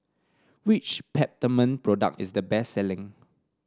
which Peptamen product is the best selling